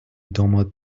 داماد